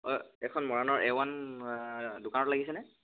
এখন মৰাণৰ A one দোকানত লাগিছেনে